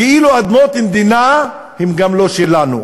כאילו אדמות מדינה הן לא גם שלנו.